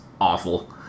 awful